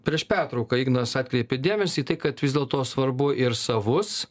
prieš pertrauką ignas atkreipė dėmesį į tai kad vis dėlto svarbu ir savus